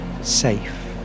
safe